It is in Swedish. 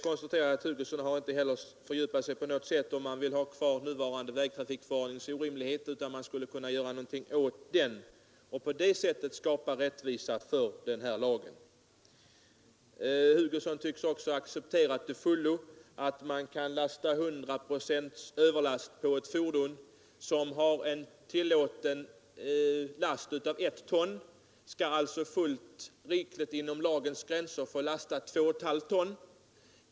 Herr Hugosson klargjorde inte om han ville ha kvar nuvarande vägtrafikförordnings orimligheter eller om han tyckte att man skulle kunna göra någonting åt den och på det sättet skapa rättvisa. Herr Hugosson tycks också till fullo acceptera att man kan ha 100 procents överlast på ett fordon med en tillåten last av ett ton. Ett sådant fordon skall alltså inom lagens gränser få lasta två och ett halvt ton.